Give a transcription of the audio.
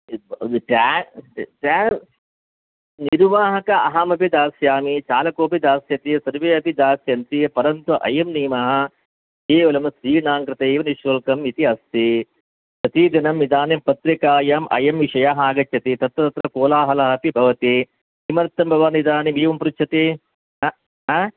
निर्वाहकः अहं अपि दास्यामि चालकोऽपि दास्यति सर्वे अपि दास्यन्ति परन्तु अयं नियमः केवलं स्त्रीणाङ्कृते एव निःशुल्कम् इति अस्ति प्रतिदिनं इदानीं पत्रिकायां अयं विषयः आगच्छति तत्र तत्र कोलाहलः अपि भवति किमर्थं भवान् इदानीं एवं पृच्छति